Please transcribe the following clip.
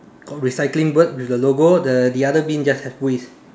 got recycling word with the logo the the other bin just have waste